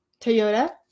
Toyota